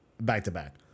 back-to-back